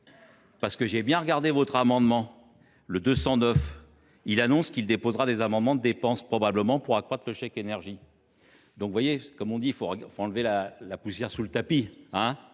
parce que j'ai bien regardé votre amendement, le 209, il annonce qu'il déposera des amendements de dépenses probablement pour accroître le chèque énergie. Donc voyez, comme on dit, il faut enlever la poussière sous le tapis